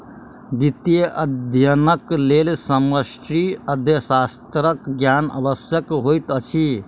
वित्तीय अध्ययनक लेल समष्टि अर्थशास्त्रक ज्ञान आवश्यक होइत अछि